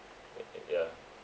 eh eh ya